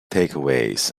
takeaways